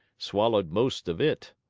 swallowed most of it.